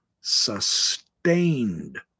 sustained